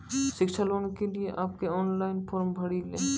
शिक्षा लोन के लिए आप के ऑनलाइन फॉर्म भरी ले?